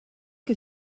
que